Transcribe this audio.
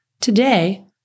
Today